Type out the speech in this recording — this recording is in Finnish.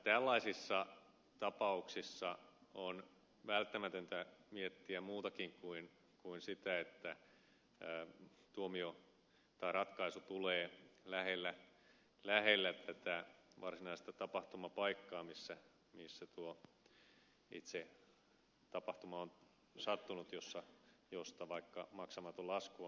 tällaisissa tapauksissa on välttämätöntä miettiä muutakin kuin sitä että ratkaisu tulee lähellä varsinaista tapahtumapaikkaa missä itse tapahtuma on sattunut josta vaikka maksamaton lasku on aiheutunut